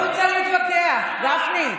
צאו החוצה להתווכח, גפני.